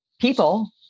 people